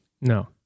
No